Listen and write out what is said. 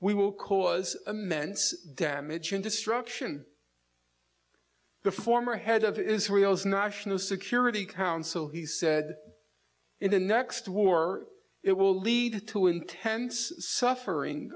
we will cause immense damage and destruction the former head of israel's national security council he said in the next war it will lead to intense suffering